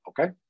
okay